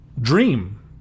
Dream